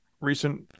recent